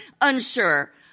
unsure